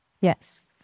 Yes